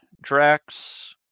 Drax